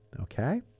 Okay